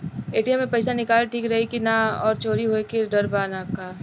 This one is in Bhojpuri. ए.टी.एम से पईसा निकालल ठीक रही की ना और चोरी होये के डर बा का?